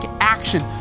action